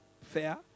fair